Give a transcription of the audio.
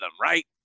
right